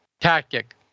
tactic